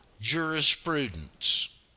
Jurisprudence